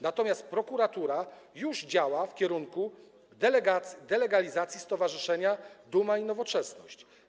Natomiast prokuratura już działa w kierunku delegalizacji stowarzyszenia Duma i Nowoczesność.